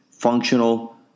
functional